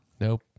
Nope